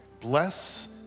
bless